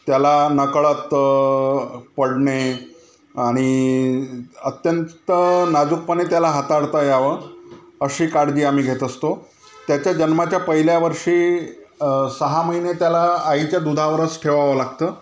त्याला नकळत पडणे आणि अत्यंत नाजूकपणे त्याला हाताळता यावं अशी काळजी आम्ही घेत असतो त्याच्या जन्माच्या पहिल्या वर्षी सहा महिने त्याला आईच्या दुधावरच ठेवावं लागतं